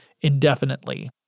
indefinitely